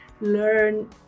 learn